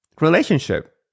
relationship